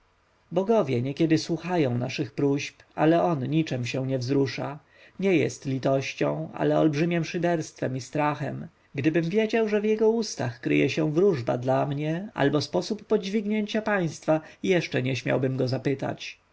bogowie niekiedy słuchają naszych próśb mówił jakby do siebie książę ale on niczem się nie wzrusza nie jest litością ale olbrzymiem szyderstwem i strachem gdybym wiedział że w jego ustach kryje się wróżba dla mnie albo sposób podźwignięcia państwa jeszcze nie śmiałbym go zapytać